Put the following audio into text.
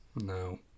No